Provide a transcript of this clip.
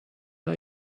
are